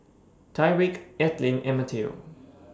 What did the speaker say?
Tyrik Ethelyn and Mateo